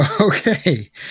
okay